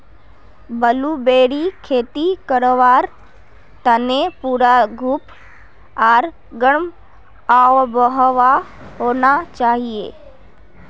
ब्लूबेरीर खेती करवार तने पूरा धूप आर गर्म आबोहवा होना चाहिए